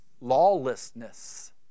lawlessness